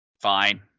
Fine